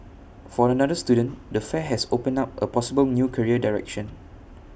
for another student the fair has open up A possible new career direction